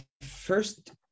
First